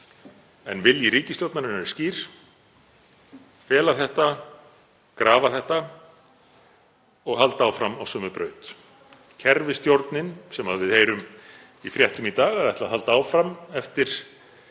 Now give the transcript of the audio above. En vilji ríkisstjórnarinnar er skýr: Það á að fela þetta, grafa þetta og halda áfram á sömu braut. Kerfisstjórnin, sem við heyrum í fréttum í dag að ætlar að halda áfram eftir